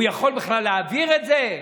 הוא יכול בכלל להעביר את זה?